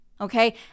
Okay